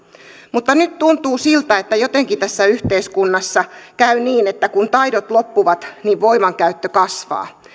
mutta nyt tuntuu siltä että jotenkin tässä yhteiskunnassa käy niin että kun taidot loppuvat niin voimankäyttö kasvaa